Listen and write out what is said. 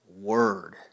word